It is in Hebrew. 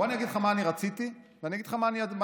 בוא אני אגיד לך מה אני רציתי ואגיד לך מה יצא.